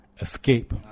Escape